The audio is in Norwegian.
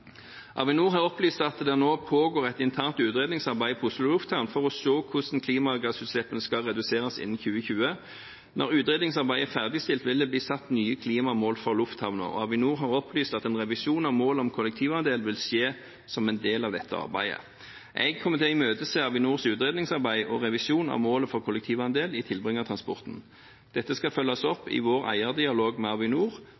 Avinor har opplyst at det nå pågår et internt utredningsarbeid på Oslo Lufthavn for å se hvordan klimagassutslippene skal reduseres innen 2020. Når utredningsarbeidet er ferdigstilt, vil det bli satt nye klimamål for lufthavner, og Avinor har opplyst at en revisjon av mål om kollektivandel vil skje som en del av dette arbeidet. Jeg imøteser Avinors utredningsarbeid og revisjonen av mål for kollektivandel i tilbringertransporten. Dette skal følges opp i vår eierdialog med Avinor,